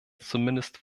zumindest